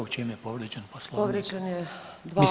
U čemu je povrijeđen Poslovnik?